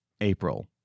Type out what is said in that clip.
April